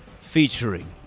featuring